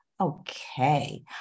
Okay